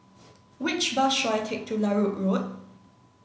which bus should I take to Larut Road